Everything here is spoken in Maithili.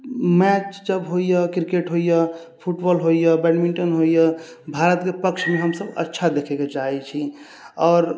मैच जब होइए क्रिकेट होइए फुटबॉल होइए बैटमिन्टन होइए भारतके पक्षमे हमसब अच्छा देखै के चाहै छी आओर